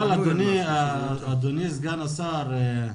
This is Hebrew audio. אבל, אדוני סגן השר,